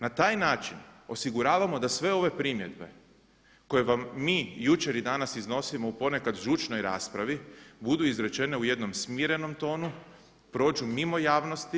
Na taj način osiguravamo da sve ove primjedbe koje vam mi jučer i danas iznosimo u ponekad žučnoj raspravi budu izrečene u jednom smirenom tonu, prođu mimo javnosti.